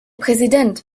präsident